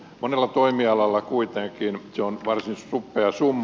monella toimialalla kuitenkin se on varsin suppea summa